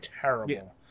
terrible